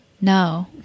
No